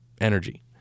energy